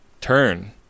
turn